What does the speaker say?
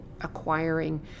acquiring